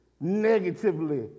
negatively